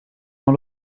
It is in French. dans